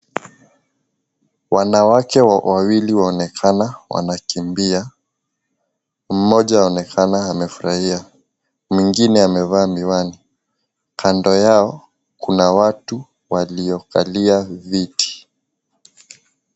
Wanawake wawili waonekana wanakimbia. Moja anaonekana amefurahia, mwingine amevaa miwani. Kando yao, kuna watu walio kalia viti.